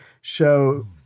show